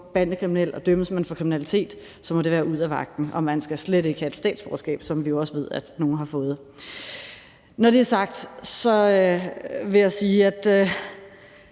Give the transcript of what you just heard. bandekriminel, og dømmes man for kriminalitet, må det være ud af vagten, og man skal slet ikke have et statsborgerskab, som vi også ved at nogle har fået. Når det er sagt, vil jeg sige, at